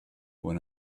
when